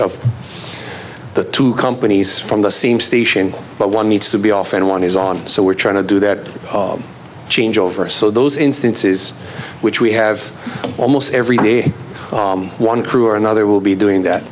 of the two companies from the same station but one needs to be off and one is on so we're trying to do that changeover so those instances which we have almost every day one crew or another will be doing that